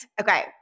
Okay